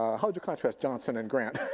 ah how would you contrast johnson and grant?